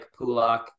Pulak